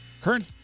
current